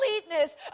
completeness